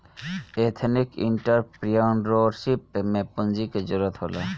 ethnic entrepreneurship में पूंजी के जरूरत होला